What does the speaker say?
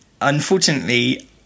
Unfortunately